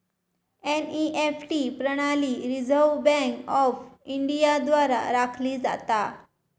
NEFT प्रणाली Reserve Bank of India द्वारा राखली जाता